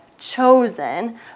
chosen